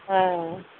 ହଁ